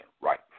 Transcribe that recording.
right